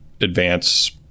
advance